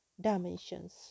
dimensions